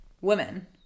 women